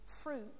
fruit